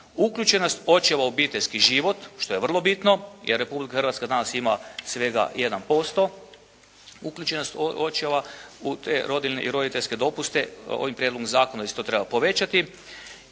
Uključenost očeva u obiteljski život, što je vrlo bitno jer Republika Hrvatska danas ima svega 1% uključenost očeva u te rodiljne i roditeljske dopuste, ovim prijedlogom zakona isto treba povećati.